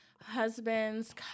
husbands